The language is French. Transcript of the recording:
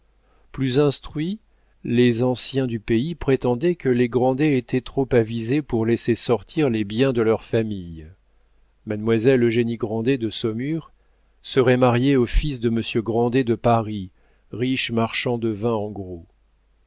plus instruits les anciens du pays prétendaient que les grandet étaient trop avisés pour laisser sortir les biens de leur famille mademoiselle eugénie grandet de saumur serait mariée au fils de monsieur grandet de paris riche marchand de vin en gros